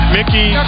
Mickey